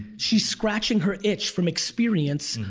she's scratching her itch from experience,